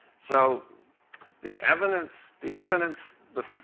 so the evidence the evidence the.